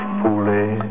fully